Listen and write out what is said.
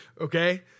Okay